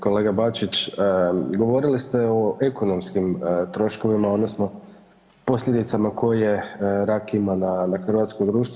Kolega Bačić, govorili ste o ekonomskim troškovima, odnosno posljedicama koje rak ima na hrvatsko društvo.